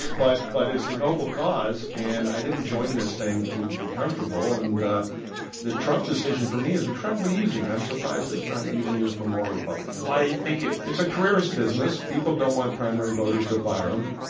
but but it's a noble cause. and i didn't join this thing to be comfortable. and the trump decision, for me, is incredibly easy. and i'm surprised it's not easier for more republicans why do you think it. it's a careerist business. people don't want primary voters to fire um